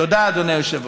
תודה, אדוני היושב-ראש.